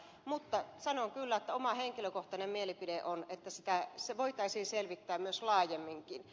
mutta sanon kyllä että oma henkilökohtainen mielipiteeni on että sitä voitaisiin selvittää myös laajemminkin